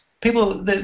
people